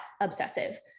obsessive